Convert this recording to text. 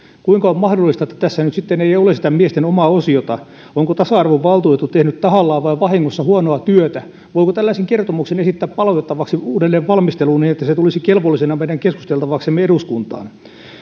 kuinka on mahdollista että tässä nyt sitten ei ole sitä miesten omaa osiota onko tasa arvovaltuutettu tehnyt tahallaan vai vahingossa huonoa työtä voiko tällaisen kertomuksen esittää palautettavaksi uudelleenvalmisteluun niin että se tulisi kelvollisena meidän keskusteltavaksemme eduskuntaan